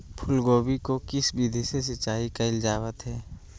फूलगोभी को किस विधि से सिंचाई कईल जावत हैं?